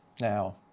now